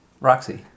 Roxy